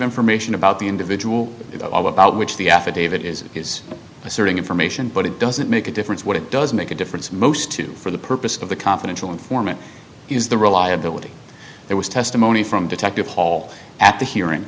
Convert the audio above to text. information about the individual about which the affidavit is is asserting information but it doesn't make a difference what it does make a difference most to for the purposes of the confidential informant is the reliability there was testimony from detective hall at the hearing